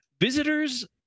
visitors